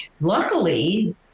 Luckily